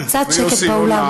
קצת שקט באולם.